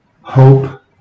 hope